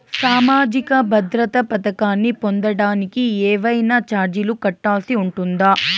సామాజిక భద్రత పథకాన్ని పొందడానికి ఏవైనా చార్జీలు కట్టాల్సి ఉంటుందా?